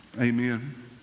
Amen